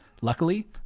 Luckily